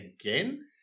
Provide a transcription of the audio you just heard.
again